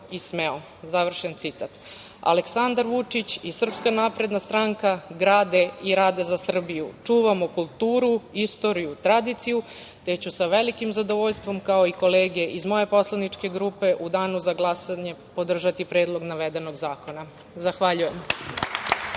i smeo“. Završen citat. Aleksandar Vučić i SNS grade i rade za Srbiju, čuvamo kulturu, istoriju, tradiciju, te ću sa velikim zadovoljstvom, kao i kolege iz moje poslaničke grupe, u danu za glasanje podržati predlog navedenog zakona. Zahvaljujem.